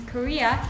Korea